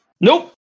Nope